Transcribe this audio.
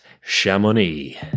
Chamonix